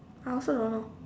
I also don't know